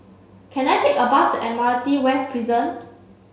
can I take a bus to Admiralty West Prison